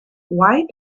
why